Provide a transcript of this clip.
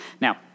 Now